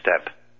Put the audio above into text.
step